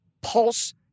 pulse